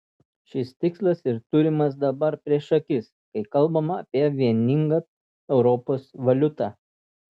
šis tikslas ir turimas dabar prieš akis kai kalbama apie vieningą europos valiutą